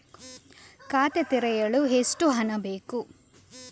ಖಾತೆ ತೆರೆಯಲು ಎಷ್ಟು ಹಣ ಹಾಕಬೇಕು?